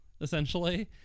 essentially